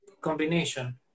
combination